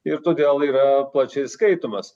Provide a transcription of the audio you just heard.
ir todėl yra plačiai skaitomas